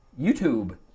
YouTube